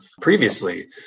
previously